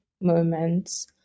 moments